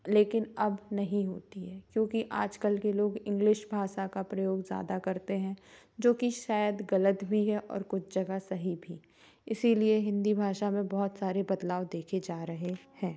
लेकिन अब नहीं होती है क्योंकि आज कल के लोग इंग्लिश भाषा का प्रयोग ज़्यादा करते हैं जो कि शायद गलत भी है और कुछ जगह सही भी इसीलिए हिन्दी भाषा में बहुत सारे बदलाव देखे जा रहे हैं